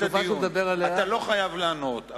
אתה לא חייב לענות,